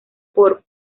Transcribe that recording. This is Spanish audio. por